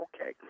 Okay